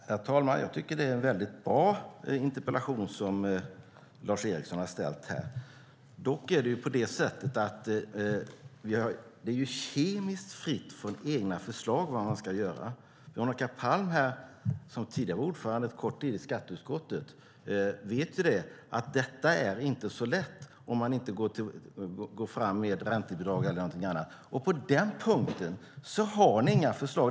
Herr talman! Jag tycker att det är en väldigt bra interpellation som Lars Eriksson har ställt. Dock är den kemiskt fri från egna förslag. Veronica Palm - som tidigare ett kort tag var ordförande i skatteutskottet - vet ju att detta inte är så lätt om man inte inför till exempel ett räntebidrag. På den punkten har ni inga förslag.